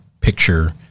picture